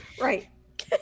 Right